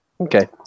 Okay